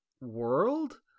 world